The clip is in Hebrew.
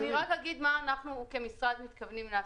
אני אגיד מה אנחנו כמשרד מתכוונים לעשות.